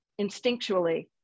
instinctually